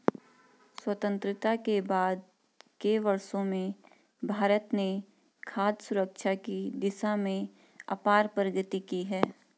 स्वतंत्रता के बाद के वर्षों में भारत ने खाद्य सुरक्षा की दिशा में अपार प्रगति की है